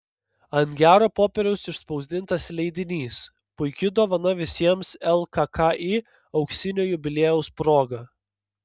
ant gero popieriaus išspausdintas leidinys puiki dovana visiems lkki auksinio jubiliejaus proga